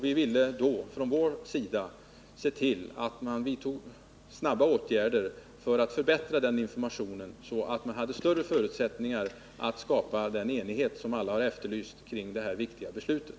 Vi ville då från vår sida se till, att man vidtog snabba åtgärder för att förbättra informationen så att man fick större förutsättningar att skapa den enighet som alla har efterlyst kring det här viktiga beslutet.